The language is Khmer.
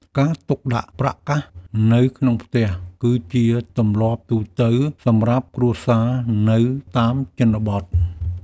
ការទុកដាក់ប្រាក់កាសនៅក្នុងផ្ទះ គឺជាទម្លាប់ទូទៅសម្រាប់គ្រួសារនៅតាមជនបទ។